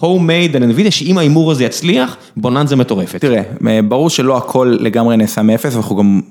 Homemade, אני מבין שאם ההימור הזה יצליח, בוננזה מטורפת. תראה, ברור שלא הכל לגמרי נעשה מאפס, אנחנו גם...